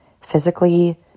physically